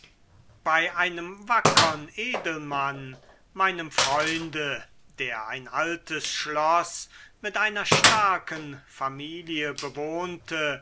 bei einem wackern edelmann meinem freunde der ein altes schloß mit einer starken familie bewohnte